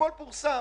פורסם